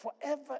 forever